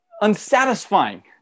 unsatisfying